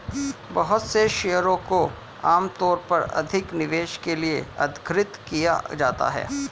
बहुत से शेयरों को आमतौर पर अधिक निवेश के लिये उद्धृत किया जाता है